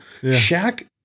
Shaq